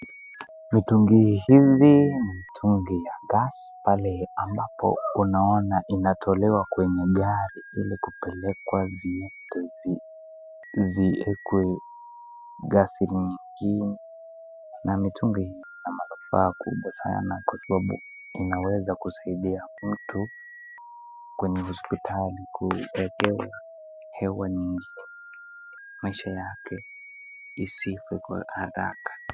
Mitungi hizi ni mitungi ya gas pale ambapo unaona zinatolewa kwa gari ili kupelekwa ziwekwe gas ingine na mitungi ina manufaa kubwa sana kwasababu, inaweza kusaidia mtu kwenye hospitali kumpa hewa ili maisha yake isife haraka.